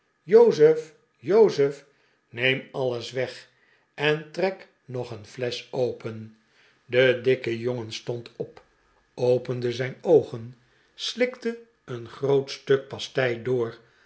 jozef jozef neem alles weg en trek nog een flesch open de dikke jongen stond op opende zijn oogen slikte een groot stuk paster door